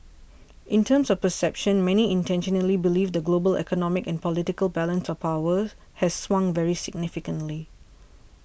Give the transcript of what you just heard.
in terms of perceptions many internationally believe the global economic and political balance of power has swung very significantly